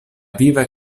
viva